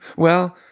well,